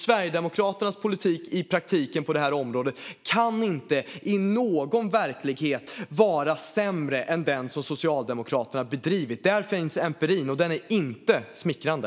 Sverigedemokraternas politik i praktiken på det här området kan inte i någon verklighet vara sämre än den som Socialdemokraterna bedrivit. Där finns empirin, och den är inte smickrande.